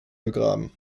begraben